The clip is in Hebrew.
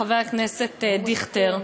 חבר הכנסת דיכטר,